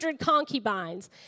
concubines